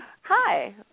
Hi